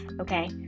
okay